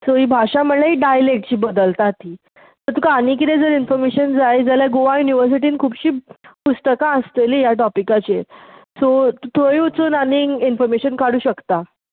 so ही भाशा म्हणल्या हीं डायलॅक्ट्स बदलतात ती सो तुका आनी कितें जर इनफाॅर्मेशन जाय जाल्या गोवा युनिवर्सिटींत खुबशीं पुस्तकां आसतलीं ह्या टाॅपिकाचेर सो थंय वचून आनीक इनफाॅर्मेशन काडूं शकता